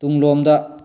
ꯇꯨꯡꯂꯣꯝꯗ